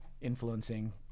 influencing